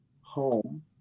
home